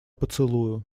поцелую